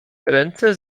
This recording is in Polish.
ręce